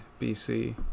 BC